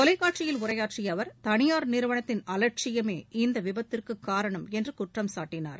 தொலைக்காட்சியில் உரையாற்றிய அவர் தனியார் நிறுவனத்தின் அவட்சியமே இந்த விபத்திற்கு காரணம் என்று குற்றம் சாட்டினார்